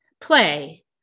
play